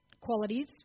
qualities